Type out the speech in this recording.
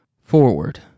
forward